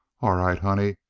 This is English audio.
all right, honey.